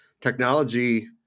technology